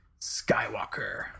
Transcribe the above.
Skywalker